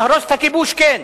להרוס את הכיבוש, כן,